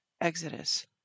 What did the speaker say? exodus